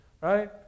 right